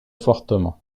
fortement